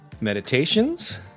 meditations